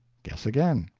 guess again.